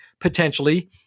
potentially